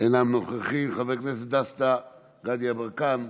אינם נוכחים, חבר הכנסת דסטה גדי יברקן,